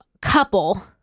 couple